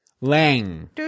Lang